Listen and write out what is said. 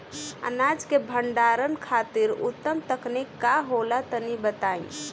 अनाज के भंडारण खातिर उत्तम तकनीक का होला तनी बताई?